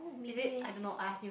is it I don't know I ask you